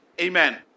Amen